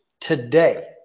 today